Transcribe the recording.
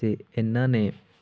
ਅਤੇ ਇਹਨਾਂ ਨੇ